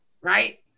Right